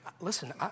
Listen